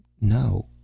No